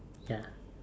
ya